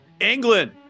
England